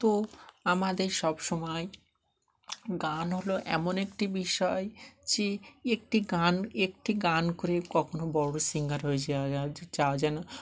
তো আমাদের সব সময় গান হলো এমন একটি বিষয় যে একটি গান একটি গান করে কখনও বড়ো সিঙ্গার হয়ে যাওয়া যা যাওয়া যেন